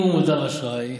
אם הוא מודר אשראי,